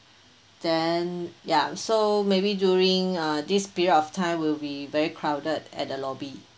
then ya so maybe during uh this period of time will be very crowded at the lobby